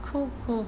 cool cool